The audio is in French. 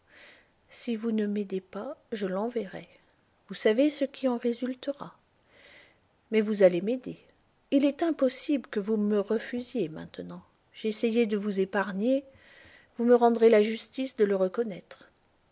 si vous ne m'aidez pas je l'enverrai vous savez ce qui en résultera mais vous allez m'aider il est impossible que vous me refusiez maintenant j'ai essayé de vous épargner vous me rendrez la justice de le reconnaître